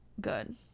good